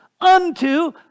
unto